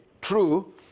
true